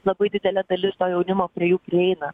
labai didelė dalis to jaunimo prie jų prieina